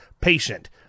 patient